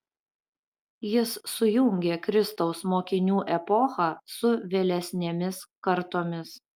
jis sujungė kristaus mokinių epochą su vėlesnėmis kartomis